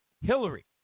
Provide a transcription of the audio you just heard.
Hillary